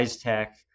Tech